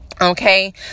Okay